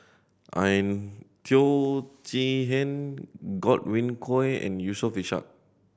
Teo Chee Hean Godwin Koay and Yusof Ishak